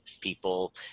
people